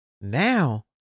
now